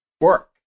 work